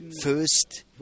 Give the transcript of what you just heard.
first